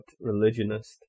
religionist